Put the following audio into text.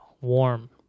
warm